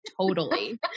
totally-